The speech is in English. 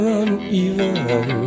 uneven